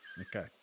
okay